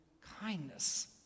kindness